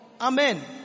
Amen